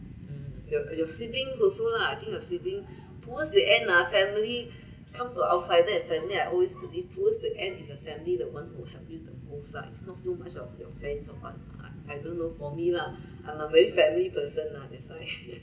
mm you have your siblings also lah I think the sibling towards the end ah family come to outsider and family I always believe towards the end is the family the one who help you the most lah is not so much of your friends or what I don't know for me lah I'm a very family person lah that's why